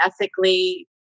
ethically